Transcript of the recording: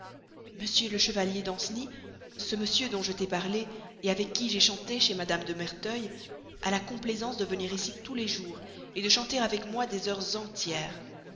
m le chevalier danceny ce monsieur dont je t'ai parlé avec qui j'ai chanté chez mme de merteuil a la complaisance de venir ici tous les jours de chanter avec moi des heures entières